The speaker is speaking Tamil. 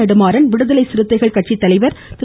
நெடுமாறன் விடுதலை சிறுத்தைகள் கட்சி தலைவர் திரு